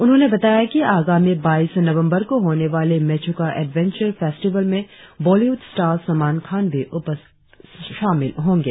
उन्होंने बताया कि आगामी बाईस नवंबर को होने वाली मेचुका एडवेंजर फेस्टिवल में बॉलीह्ड स्टार सलमान खान भी शामिल होंगे